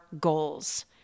goals